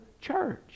church